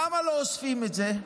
למה לא אוספים את זה?